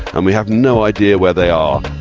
and we have no idea where they are.